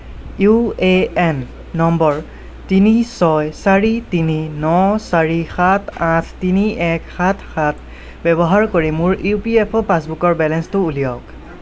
UAN নম্বৰ তিনি ছয় চাৰি তিনি ন চাৰি সাত আঠ তিনি এক সাত সাত ব্যৱহাৰ কৰি মোৰ ইপিএফঅ' পাছবুকৰ বেলেঞ্চটো উলিয়াওক